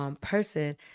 person